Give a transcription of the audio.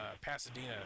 Pasadena